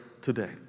today